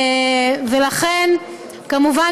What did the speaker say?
כמובן,